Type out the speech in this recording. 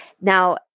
Now